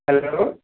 hello